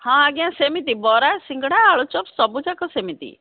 ହଁ ଆଜ୍ଞା ସେମିତି ବରା ସିଙ୍ଗଡ଼ା ଆଳୁଚପ୍ ସବୁଯାକ ସେମିତି